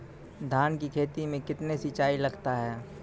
धान की खेती मे कितने सिंचाई लगता है?